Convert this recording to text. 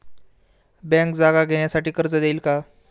Bank जागा घेण्यासाठी कर्ज देईल का?